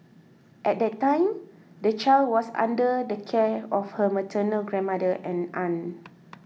at that time the child was under the care of her maternal grandmother and aunt